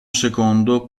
secondo